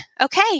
okay